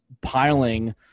piling